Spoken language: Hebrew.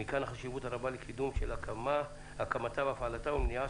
מכאן החשיבות הרבה לקידום של הקמתה והפעלתה ומניעה